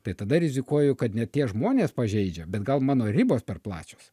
tai tada rizikuoju kad ne tie žmonės pažeidžia bet gal mano ribos per plačios